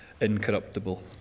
incorruptible